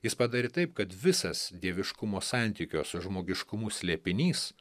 jis padarė taip kad visas dieviškumo santykio su žmogiškumu slėpinys